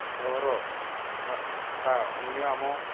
ସହର ବା ଅନ୍ୟ ଆମ